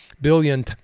billion